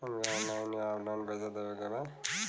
हमके ऑनलाइन या ऑफलाइन पैसा देवे के बा?